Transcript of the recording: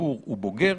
הציבור הוא בוגר,